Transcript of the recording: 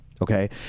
Okay